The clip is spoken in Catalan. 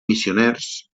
missioners